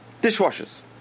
Dishwashers